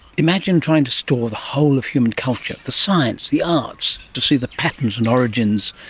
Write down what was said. imagine trying to store the whole of human culture, the science, the arts, to see the patterns and origins,